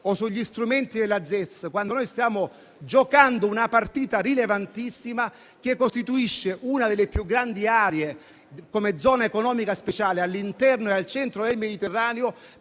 suoi strumenti, quando noi stiamo giocando una partita rilevantissima per una delle più grandi aree, come zona economica speciale, all'interno e al centro del Mediterraneo